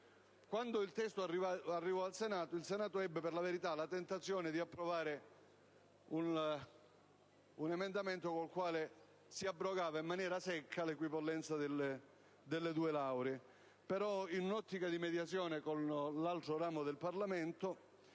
Quando il testo pervenne all'esame del Senato, quest'ultimo ebbe la tentazione di approvare un emendamento con il quale si abrogava in maniera secca l'equipollenza delle due lauree ma, in un'ottica di mediazione con l'altro ramo del Parlamento,